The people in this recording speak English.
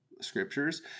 scriptures